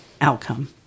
outcome